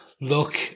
Look